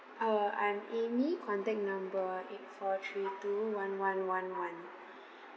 uh I'm amy contact number eight four three two one one one one